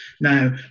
Now